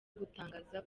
gutangaza